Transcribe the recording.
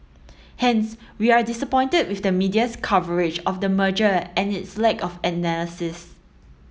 hence we are disappointed with the media's coverage of the merger and its lack of analysis